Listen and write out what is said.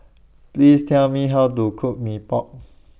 Please Tell Me How to Cook Mee Pok